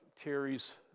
Terry's